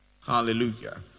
Hallelujah